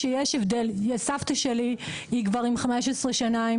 לסבתא שלי יש עובדת זרה מזה 15 שנה,